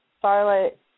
Charlotte